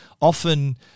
Often